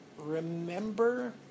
Remember